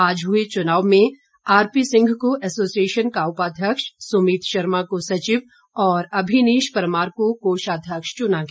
आज हुए चुनाव में आरपी सिंह को एसोसिएशन का उपाध्यक्ष सुमीत शर्मा को सचिव और अभिनीश परमार को कोषाध्यक्ष चुना गया